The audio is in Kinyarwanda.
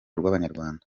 rw’abanyarwanda